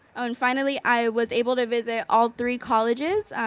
and finally, i was able to visit all three colleges.